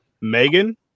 Megan